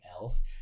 else